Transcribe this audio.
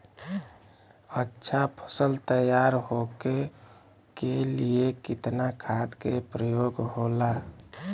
अच्छा फसल तैयार होके के लिए कितना खाद के प्रयोग होला?